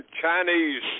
Chinese